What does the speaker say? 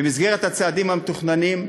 במסגרת הצעדים המתוכננים,